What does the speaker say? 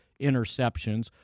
interceptions